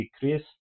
decrease